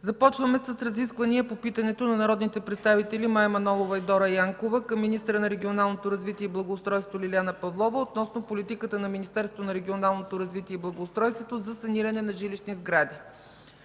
Започваме с разисквания по питането на народните представители Мая Манолова и Дора Янкова към министъра на регионалното развитие и благоустройството Лиляна Павлова относно политиката на Министерството на регионалното развитие и благоустройството за саниране на жилищни сгради.